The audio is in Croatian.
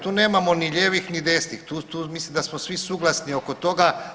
Tu nemamo ni lijevih, ni desnih, tu mislim da smo svi suglasni oko toga.